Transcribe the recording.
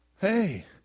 Hey